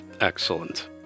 Excellent